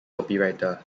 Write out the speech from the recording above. copywriter